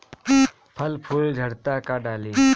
फल फूल झड़ता का डाली?